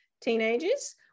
teenagers